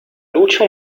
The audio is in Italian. luce